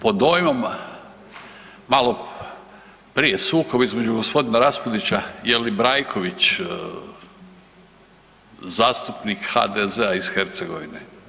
Pod dojmom maloprije sukob između g. Raspudića je li Brajković zastupnik HDZ-a iz Hercegovine?